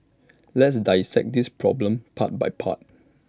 let's dissect this problem part by part